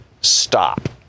stop